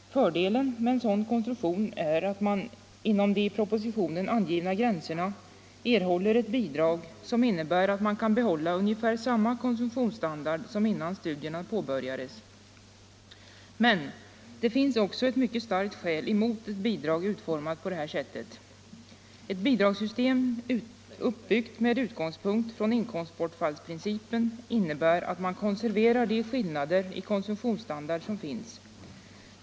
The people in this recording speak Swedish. Fördelen med en sådan konstruktion är att man inom de i propositionen angivna gränserna erhåller ett bidrag som innebär att man kan behålla ungefär samma konsumtionsstandard som innan studierna påbörjades. Men det finns också ett mycket starkt skäl emot ett bidrag utformat på det här sättet. Ett bidragssystem uppbyggt med utgångspunkt i inkomstbortfallsprincipen innebär att man konserverar de skillnader i konsumtionsstandard som finns.